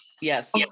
yes